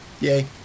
Yay